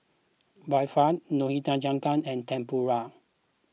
Barfi Nikujaga and Tempura